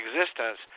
existence